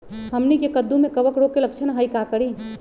हमनी के कददु में कवक रोग के लक्षण हई का करी?